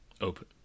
Open